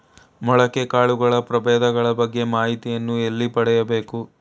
ಮೊಳಕೆ ಕಾಳುಗಳ ಪ್ರಭೇದಗಳ ಬಗ್ಗೆ ಮಾಹಿತಿಯನ್ನು ಎಲ್ಲಿ ಪಡೆಯಬೇಕು?